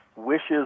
wishes